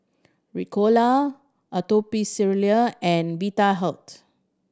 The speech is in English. Ricola Atopiclair and Vitahealth